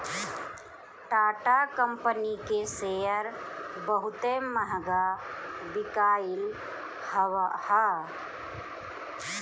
Tata company के share बहुते महंग बिकाईल हअ